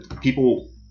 people